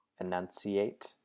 enunciate